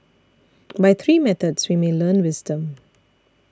by three methods we may learn wisdom